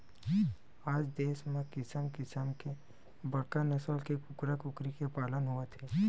आज देस म किसम किसम के बड़का नसल के कूकरा कुकरी के पालन होवत हे